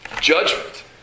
judgment